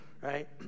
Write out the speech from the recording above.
right